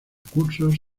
cursos